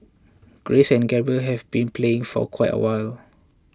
Grace and Gabriel have been playing for quite awhile